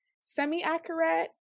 semi-accurate